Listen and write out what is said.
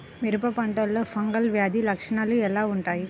మిరప పంటలో ఫంగల్ వ్యాధి లక్షణాలు ఎలా వుంటాయి?